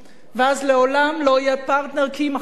ואז לעולם לא יהיה פרטנר, כי עם ה"חמאס"